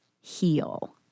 heal